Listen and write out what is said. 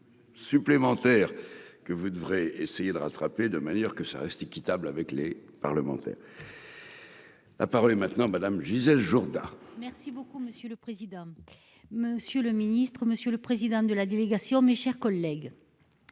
supplémentaire que vous devrez essayer de rattraper de manière que ça reste équitable avec les parlementaires, la parole est maintenant Madame Gisèle Jourda. Merci beaucoup monsieur le président, Monsieur le Ministre, Monsieur le président de la délégation, mes chers collègues,